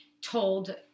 told